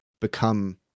become